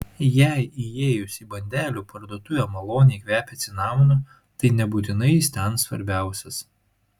jei įėjus į bandelių parduotuvę maloniai kvepia cinamonu tai nebūtinai jis ten svarbiausias